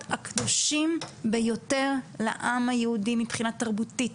הקדושים ביותר לעם היהודי מבחינה תרבותית,